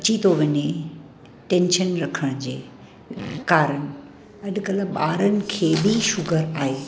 अची थो वञे टैंशन रखण जे कारण अॼुकल्ह ॿारनि खे बि शुगर आहे